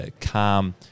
calm